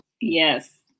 Yes